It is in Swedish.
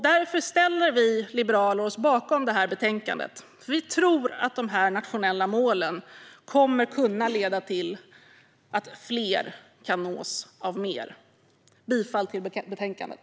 Därför ställer vi liberaler oss bakom detta betänkande, eftersom vi tror att dessa nationella mål kommer att kunna leda till att fler kan nås av mer. Jag yrkar bifall till förslaget i betänkandet.